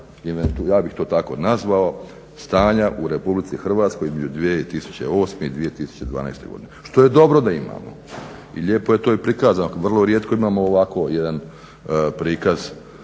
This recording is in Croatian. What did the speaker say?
ja bih to tako nazvao, stanja u RH između 2008. i 2012. godine. Što je dobro da imamo i lijepo je to i prikazano. Vrlo rijetko imamo ovako jedan prikaz